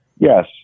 Yes